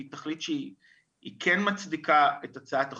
תכלית שהיא כן מצדיקה את הצעת החוק.